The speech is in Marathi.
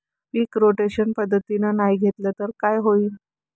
पीक रोटेशन पद्धतीनं नाही घेतलं तर काय होईन?